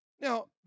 Now